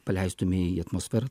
paleistume į atmosferą